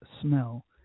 smell